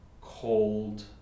cold